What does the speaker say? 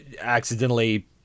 accidentally